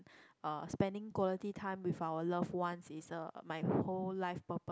uh spending quality time with our love ones is a my whole life purpose